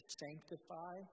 sanctify